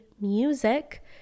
Music